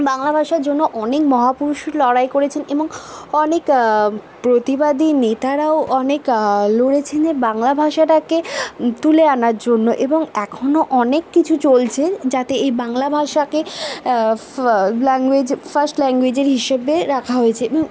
বাংলা ভাষার জন্য অনেক মহাপুরুষ লড়াই করেছেন এবং অনেক প্রতিবাদী নেতারাও অনেক লরেছেন যে বাংলা ভাষাটাকে তুলে আনার অন্য এবং এখনও অনেক কিছু চলছে যাতে এই বাংলা ভাষাকে ফা ল্যাঙ্গুয়েজ ফার্স্ট ল্যাঙ্গুয়েজের হিসেবে রাখা হয়েছে